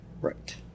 Right